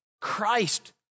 Christ